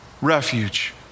refuge